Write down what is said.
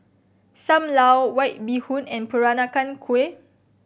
Sam Lau White Bee Hoon and Peranakan Kueh